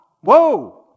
Whoa